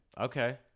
Okay